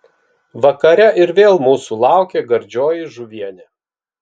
vakare ir vėl mūsų laukė gardžioji žuvienė